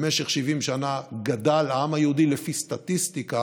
במשך 70 שנה גדל העם היהודי לפי סטטיסטיקה